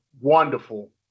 wonderful